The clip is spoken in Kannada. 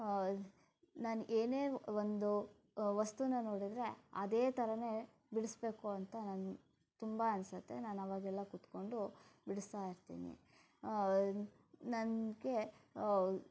ನಾನೇನೇ ಒಂದು ವಸ್ತುವನ್ನ ನೋಡಿದರೆ ಅದೇ ಥರಾನೇ ಬಿಡಿಸಬೇಕು ಅಂತ ನನಗೆ ತುಂಬ ಅನಿಸುತ್ತೆ ನಾನು ಆವಾಗೆಲ್ಲ ಕುತ್ಕೊಂಡು ಬಿಡಿಸ್ತಾ ಇರ್ತೀನಿ ನನಗೆ